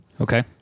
Okay